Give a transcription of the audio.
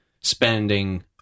spending-